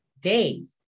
days